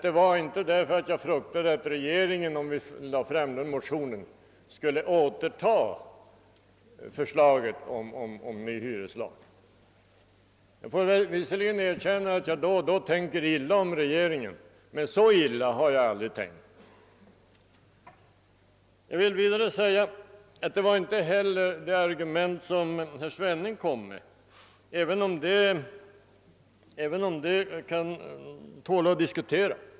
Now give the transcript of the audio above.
Det var inte därför att jag fruktade att regeringen, om vi lade fram denna motion, skulle återta förslaget om ny hyreslag. Jag får visserligen erkänna att jag då och då tänker illa om regeringen, men så illa har jag aldrigt tänkt. Jag var inte heller påverkad av det argument som herr Svenning anförde, även om det kan tåla att diskuteras.